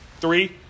Three